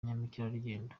mukerarugendo